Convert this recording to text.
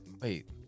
Wait